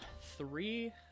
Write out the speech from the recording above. three